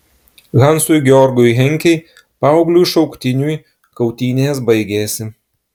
hansui georgui henkei paaugliui šauktiniui kautynės baigėsi